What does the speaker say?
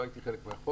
לא הייתי חלק מהחוק.